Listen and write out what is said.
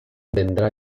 vendrá